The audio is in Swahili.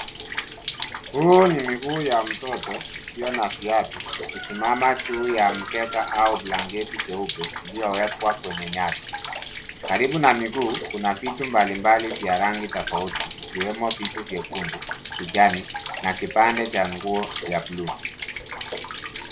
Huu ni mguu ya mtoto, isio na viatu, ikisimama juu ya mkeka, au blanketi jeupe, iliowekwa kwenye nyasi. Karibu na miguu, kuna vitu mbalimbali vya rangi tofauti, ikiwemo vitu vyekundu, kijani, na kipande cha nguo ya blue .